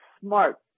smart